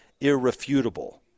irrefutable